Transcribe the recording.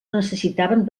necessitaven